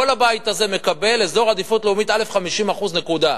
כל הבית הזה מקבל באזור עדיפות לאומית א' 50%. נקודה.